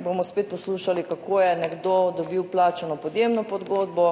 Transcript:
bomo spet poslušali kako je nekdo dobil plačano podjemno pogodbo,